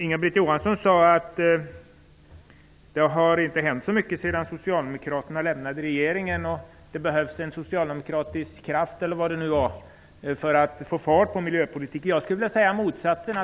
Inga-Britt Johansson sade att det inte har hänt så mycket sedan Socialdemokraterna lämnade regeringsmakten, och att det behövs en socialdemokratisk kraft för att få fart på miljöpolitiken. Jag skulle vilja hävda motsatsen.